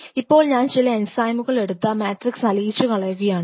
ഇപ്പോൾ ഞാൻ ചില എൻസൈമുകൾ എടുത്ത് ആ മാട്രിക്സ് അലിയിച്ചു കളയുകയാണ്